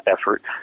effort